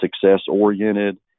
success-oriented